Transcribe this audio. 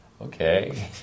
okay